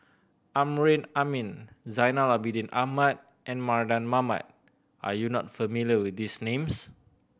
Amrin Amin Zainal Abidin Ahmad and Mardan Mamat are you not familiar with these names